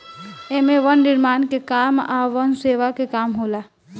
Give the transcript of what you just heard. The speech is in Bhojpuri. एमे वन निर्माण के काम आ वन सेवा के काम होला